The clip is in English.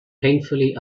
painfully